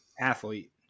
athlete